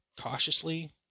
cautiously